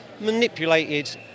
manipulated